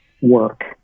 work